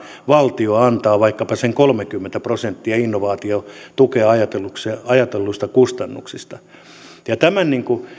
valtio antaa tavallaan vaikkapa sen kolmekymmentä prosenttia innovaatiotukea ajatelluista kustannuksista tämän